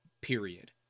period